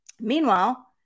Meanwhile